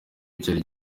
cyari